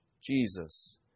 Jesus